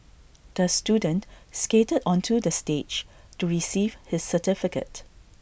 the student skated onto the stage to receive his certificate